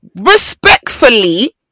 Respectfully